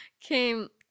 Came